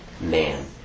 man